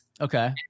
okay